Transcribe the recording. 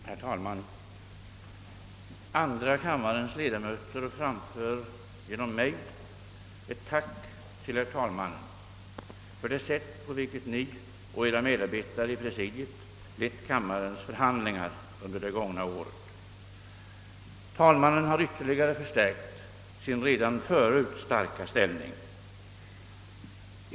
Herr talman! Andra kammarens ledamöter framför genom mig ett tack till herr talmannen för det sätt, på vilket Ni och Era medarbetare i presidiet lett kammarens förhandlingar under det gångna året. Talmannen har ytterligare förstärkt sin redan förut starka ställning.